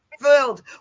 filled